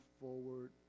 forward